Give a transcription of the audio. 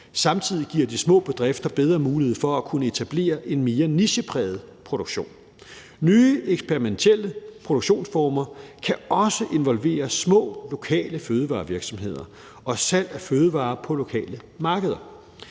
Samtidig giver de små bedrifter bedre mulighed for at kunne etablere en mere nichepræget produktion. Nye eksperimentielle produktionsformer kan også involvere små lokale fødevarevirksomheder og salg af fødevarer på lokale markeder.